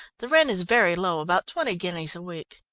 the rent is very low, about twenty guineas a week.